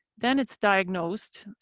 then it's diagnosed,